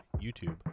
youtube